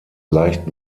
leicht